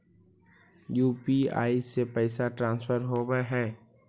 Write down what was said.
UPI से पैसा transfer होवहै?